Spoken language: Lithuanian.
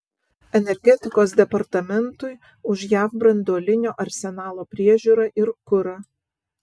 energetikos departamentui už jav branduolinio arsenalo priežiūrą ir kurą